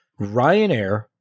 Ryanair